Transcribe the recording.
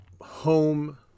home